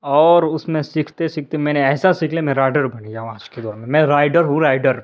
اور اس میں سیکھتے سیکھتے میں نے ایسا سیکھ لیا میں رائڈر بن گیا ہوں آج کے دور میں میں رائڈر ہوں رائڈر